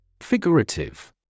Figurative